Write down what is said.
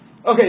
Okay